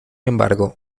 embargo